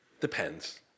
Depends